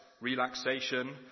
relaxation